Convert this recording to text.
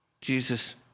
Jesus